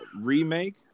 remake